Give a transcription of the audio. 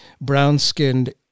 brown-skinned